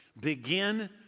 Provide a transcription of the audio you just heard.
begin